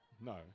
No